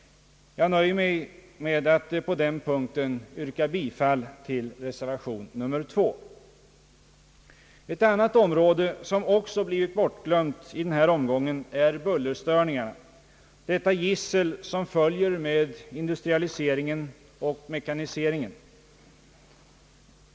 Jag nöjer mig med att på den punkten yrka bifall till reservation 2. Ett annat område som också blivit bortglömt i den här omgången är bullerstörningarna, detta gissel som följer med industrialiseringen och mekaniseringen.